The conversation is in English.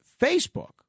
Facebook